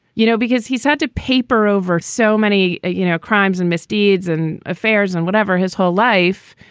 you know, because he's had to paper over so many you know crimes and misdeeds and affairs and whatever his whole life,